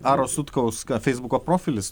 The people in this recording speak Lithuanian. aro sutkaus feisbuko profilis